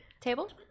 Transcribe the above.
Table